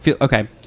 Okay